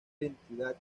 identidad